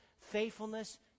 faithfulness